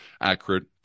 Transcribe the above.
accurate